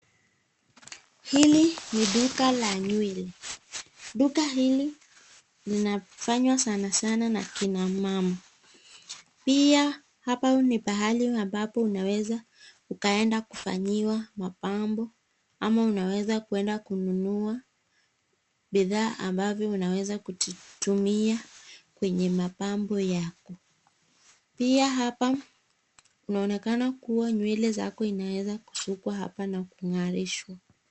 Hili ni duka la nywele. Duka hili linafanywa sana sana na kina mama. Pia hapa ni pahali ambapo unaweza ukaenda kufanyiwa mabambo ama unaweza kuenda kununua bidhaa ambavyo unaweza kutumia kwenye mbambo yako. Pia hapa inaonekana kuwa nywele zako zinaweza sukwa hapa na kung'arishwa.